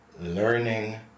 learning